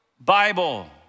Bible